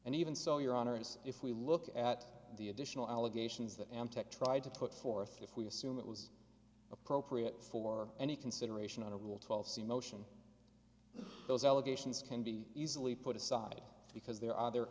and even so your honor is if we look at the additional allegations that antec tried to put forth if we assume it was appropriate for any consideration on a rule twelve c motion those allegations can be easily put aside because there are other